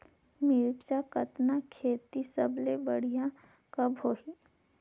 मिरचा कतना खेती सबले बढ़िया कब होही?